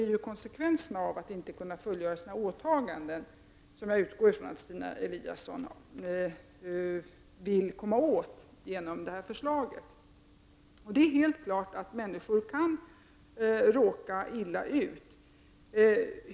Jag utgår från att Stina Eliasson med sitt förslag vill komma åt konsekvenserna av att människor inte kan fullgöra sina åtaganden. Det är helt klart att människor kan råka illa ut.